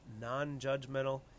non-judgmental